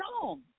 song